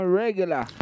regular